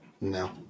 No